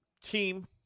team